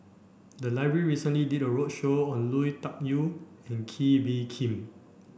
the library recently did a roadshow on Lui Tuck Yew and Kee Bee Khim